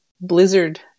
blizzard